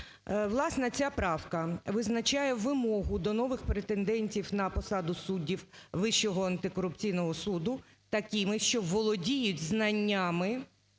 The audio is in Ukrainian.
Власне, ця правка визначає вимогу до нових претендентів на посаду суддів Вищого антикорупційного суду такими, що володіють знаннями